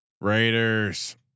Raiders